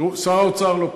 תראו, שר האוצר לא פה,